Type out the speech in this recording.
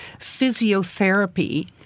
physiotherapy